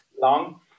long